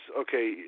okay